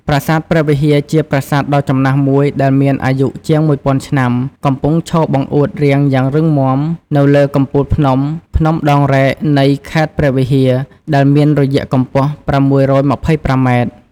ប្រាសាទព្រះវិហារ ជាប្រាសាទដ៏ចំណាស់មួយដែលមានអាយុជាងមួយពាន់ឆ្នាំ កំពុងឈរបង្អួតរាងយ៉ាងរឹងមាំនៅលើកំពូលភ្នំភ្នំដងរែកនៃខេត្តព្រះវិហារ ដែលមានរយៈកម្ពស់ ៦២៥ម៉ែត្រ។